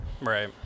Right